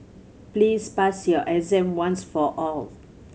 please pass your exam once for all